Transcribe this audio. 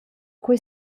quei